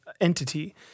entity